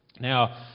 Now